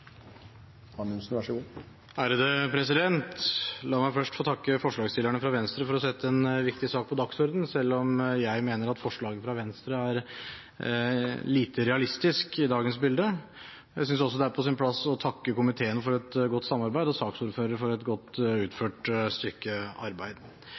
La meg først få takke forslagsstillerne fra Venstre for å sette en viktig sak på dagsordenen – selv om jeg mener at forslaget fra Venstre er lite realistisk i dagens bilde. Jeg synes også det er på sin plass å takke komiteen for et godt samarbeid, og saksordføreren for et godt